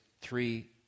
three